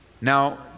Now